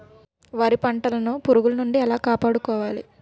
వరి పంటను పురుగుల నుండి ఎలా కాపాడుకోవాలి?